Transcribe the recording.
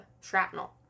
shrapnel